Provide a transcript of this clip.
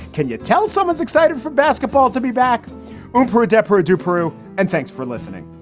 can you tell someone's excited for basketball to be back home for adepero do peru and thanks for listening